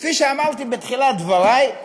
כפי שאמרתי בתחילת דברי,